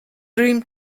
dream